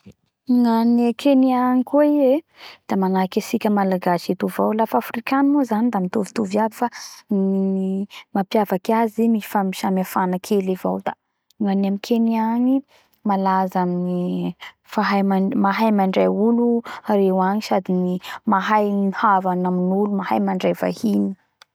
Gnany a Kenya agny koa i e da manahaky amy tsika Malagasy eto avao fa gny mapiavaky azy ny fapy samihafana kely avao da ny amy kenya agny malaza amy fahay mahay mandray olo reo agny sady mahay mihava amy olo mahay mandray vahiny